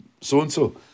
so-and-so